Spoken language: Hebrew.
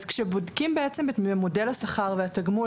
כאשר בודקים את מודל השכר והתגמול